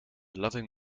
loving